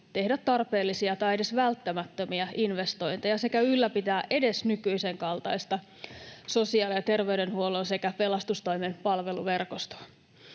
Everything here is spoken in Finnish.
tehdä tarpeellisia tai edes välttämättömiä investointeja sekä ylläpitää edes nykyisen kaltaista sosiaali- ja terveydenhuollon sekä pelastustoimen palveluverkostoa.